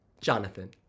Jonathan